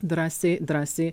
drąsiai drąsiai